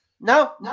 No